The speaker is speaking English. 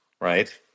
right